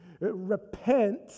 Repent